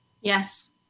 Yes